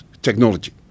Technology